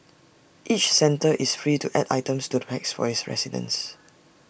each centre is free to add items to the packs for its residents